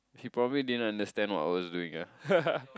she probably didn't understand what I was doing ah